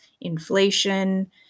inflation